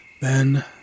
Then